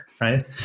right